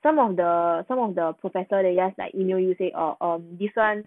some of the some of the professor they just like email you say orh orh this [one]